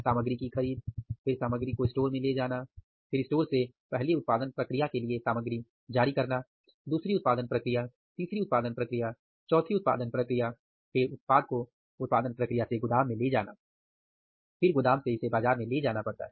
सामग्री की खरीद फिर सामग्री को स्टोर में ले जानाफिर स्टोर से पहली उत्पादन प्रक्रिया के लिए सामग्री जारी करना दूसरी उत्पादन प्रक्रिया तीसरी उत्पादन प्रक्रिया चौथी उत्पादन प्रक्रिया फिर उत्पाद को उत्पादन प्रक्रिया से गोदाम में ले जाना फिर गोदाम से इसे बाजार में ले जाना पड़ता है